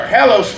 Hello